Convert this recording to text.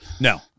No